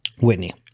Whitney